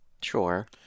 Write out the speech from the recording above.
Sure